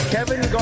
Kevin